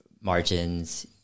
margins